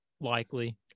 likely